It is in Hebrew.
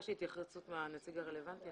ביקשתי התייחסות מהנציג הרלוונטי.